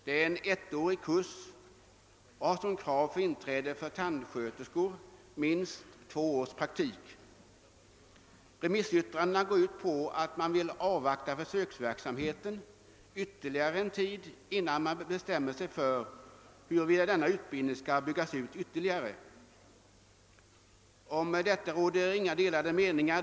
Det är fråga om en ettårig kurs, och för inträde krävs minst två års praktik som tandsköterska. Remissinstanserna anser att försöksverksamheten bör avvaktas ännu någon tid innan man bestämmer huruvida utbildningen i fråga skall utbyggas ytterligare. Om detta råder inga delade meningar.